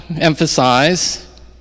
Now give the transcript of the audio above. emphasize